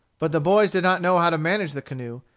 but the boys did not know how to manage the canoe,